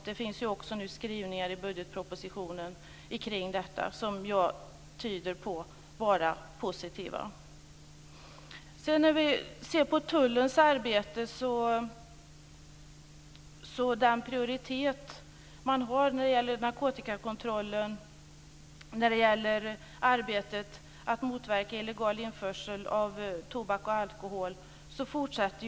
Det finns också skrivningar i budgetpropositionen om detta som jag tolkar som positiva. Tullens prioritering av narkotikakontrollen och arbetet med att motverka illegal införsel av tobak och alkohol fortsätter.